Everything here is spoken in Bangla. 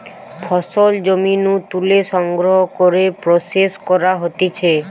ফসল জমি নু তুলে সংগ্রহ করে প্রসেস করা হতিছে